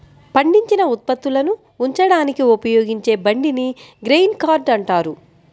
పండించిన ఉత్పత్తులను ఉంచడానికి ఉపయోగించే బండిని గ్రెయిన్ కార్ట్ అంటారు